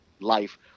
life